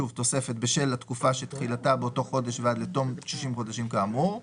בשל התקופה שתחילתה באותו חודש ועד לתום 60 חודשים כאמור,